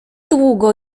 długo